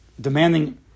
demanding